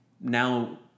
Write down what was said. now